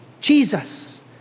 Jesus